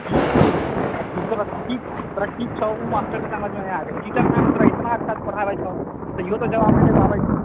तोरा की छौं और मास्टर के समझ मे नहि आबै छौं टीचर इतना अच्छा से पढ़ाबै छौं तहियो तो जवाब नहि दै पाबै छी